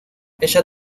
ella